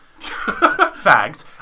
fags